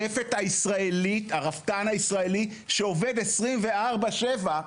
הרפתן הישראלי, שעובד 24/7,